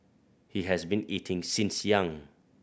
he has been eating since young